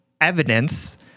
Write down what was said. evidence